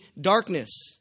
darkness